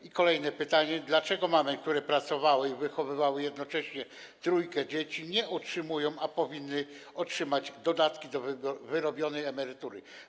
I kolejne pytanie: Dlaczego mamy, które pracowały i wychowywały jednocześnie trójkę dzieci, nie otrzymują, a powinny otrzymać dodatki do wyrobionej emerytury?